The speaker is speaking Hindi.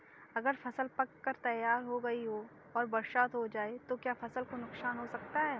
अगर फसल पक कर तैयार हो गई है और बरसात हो जाए तो क्या फसल को नुकसान हो सकता है?